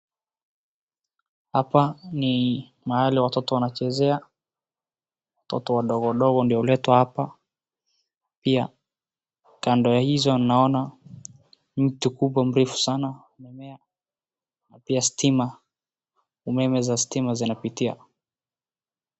Hapa ni mahala watoto wanachezea, watoto wadogo wadogo ndio huletwa hapa pia kando ya hizo naona mti kubwa mrefu sana na pia umeme za stima zinapitia.